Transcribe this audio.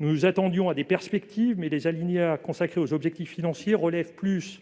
Nous nous attendions à des perspectives, mais les alinéas consacrés aux objectifs financiers relèvent plus